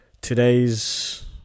today's